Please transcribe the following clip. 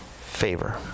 favor